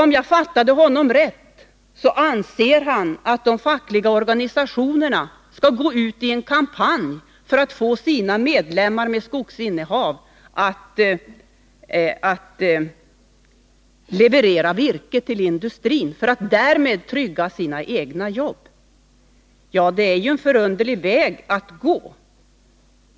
Om jag fattade herr Åsling rätt anser han att de fackliga organisationerna skall gå ut i en kampanj för att få de medlemmar som har skog, att leverera virke till industrin för att därmed trygga sina egna jobb. Det är en förunderlig väg att gå.